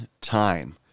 time